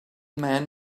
man